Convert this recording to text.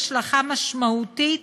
השלכה משמעותית